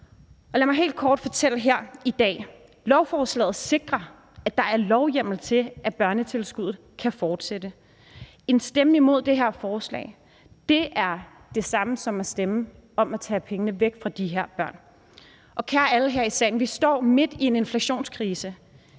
Lad mig helt kort fortælle her i dag: Lovforslaget sikrer, at der er lovhjemmel til, at børnetilskuddet kan fortsætte. En stemme imod det her forslag er det samme som at stemme om at tage pengene væk fra de her børn. Og kære alle her i salen, vi står midt i en inflationskrise.